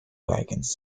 wagons